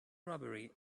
robbery